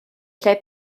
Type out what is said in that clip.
lle